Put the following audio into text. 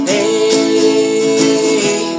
Hey